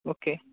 okay